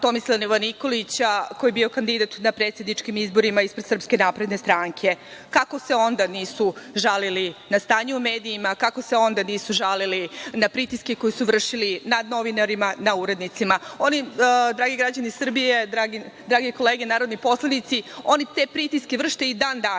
Tomislava Nikolića, koji je bio kandidat na predsedničkim izborima ispred SNS. Kako se onda nisu žalili na stanje u medijima, kao se onda nisu žalili na pritiske koji su vršili nad novinarima, nad urednicima? Dragi građani Srbije, drage kolege narodni poslanici, oni te pritiske vrše i dan danas.